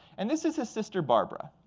and this is his sister barbara.